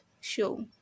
show